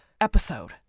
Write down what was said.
episode